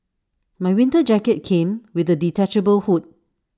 my winter jacket came with A detachable hood